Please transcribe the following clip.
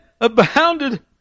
abounded